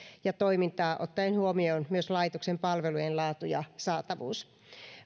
ja toimintaa ottaen huomioon myös laitoksen palvelujen laatu ja saatavuus